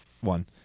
one